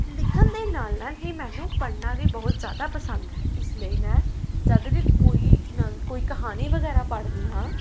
ਲਿਖਣ ਦੇ ਨਾਲ ਨਾਲ ਹੀ ਮੈਨੂੰ ਪੜ੍ਹਨਾ ਵੀ ਬਹੁਤ ਜ਼ਿਆਦਾ ਪਸੰਦ ਹੈ ਇਸ ਲਈ ਮੈਂ ਜਦ ਵੀ ਕੋਈ ਨ ਕੋਈ ਕਹਾਣੀ ਵਗੈਰਾ ਪੜ੍ਹਦੀ ਹਾਂ